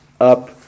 up